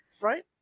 right